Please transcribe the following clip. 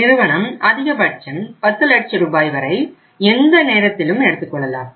நிறுவனம் அதிகபட்சம் 10 லட்சம் ரூபாய் வரை எந்த நேரத்திலும் எடுத்துக்கொள்ளலாம்